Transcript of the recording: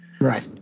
Right